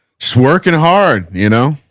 so working hard, you know,